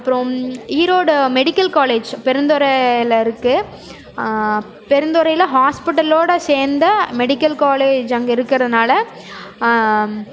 அப்புறம் Erode medical college பெருந்துறைல இருக்குது பெருந்துறைல ஹாஸ்பிட்டலோடு சேர்ந்த மெடிக்கல் காலேஜ் அங்கே இருக்கிறனால